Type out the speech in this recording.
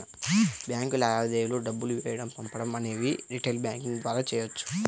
bank లావాదేవీలు డబ్బులు వేయడం పంపడం అనేవి రిటైల్ బ్యాంకింగ్ ద్వారా చెయ్యొచ్చు